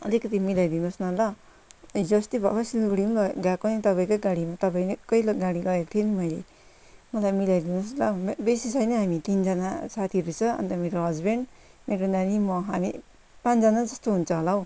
अलिकति मिलाइदिनुहोस् न ल हिजोअस्ति भर्खर सिलगढी ल गएको तपाईँकै गाडीमा तपाईँकै गाडी लगेको थिएँ नि मैले मलाई मिलाइ दिनुहोस् ल बेसी छैन हामी तिनजना साथीहरू अन्त मेरो हस्बेन्ड मेरो नानी म हामी पाँचजना जस्तो हुन्छ होला हौ